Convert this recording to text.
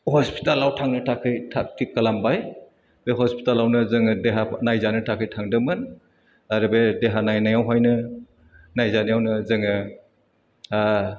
हस्पिटालाव थांनो थाखै थाग थिग खालामबाय बे हस्पिटालावनो जों देहा नायजानो थाखाय थांदोंमोन आरो बे देहा नायनायावहायनो नायजानायावनो जोङो आह